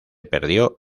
perdió